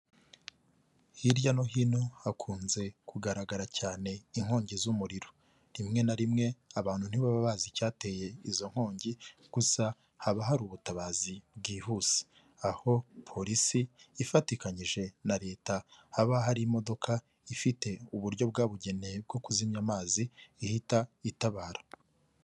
Hirya no hino hakunze kugaragara cyane inkongi z'umuriro, rimwe na rimwe abantu ntibaba bazi icyateye izo nkongi, gusa haba hari ubutabazi bwihuse aho polisi ifatikanyije na leta haba hari imodoka ifite uburyo bwabugenewe bwo kuzimya amazi ihita itabara.